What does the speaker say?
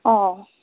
অ